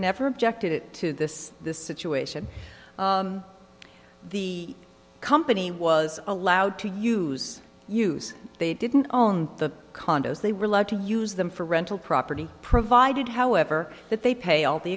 never objected to this this situation the company was allowed to use use they didn't own the condos they were allowed to use them for rental property provided however that they pay all the